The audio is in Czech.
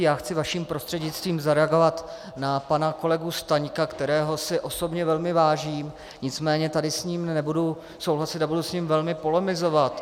Já chci vaším prostřednictvím zareagovat na pana kolegu Staňka, kterého si osobně velmi vážím, nicméně tady s ním nebudu souhlasit a budu s ním velmi polemizovat.